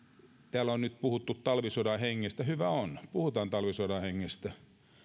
täällä on nyt puhuttu talvisodan hengestä hyvä on puhutaan talvisodan hengestä